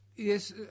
Yes